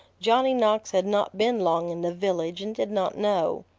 johnny knox had not been long in the village, and did not know.